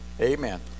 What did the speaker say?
Amen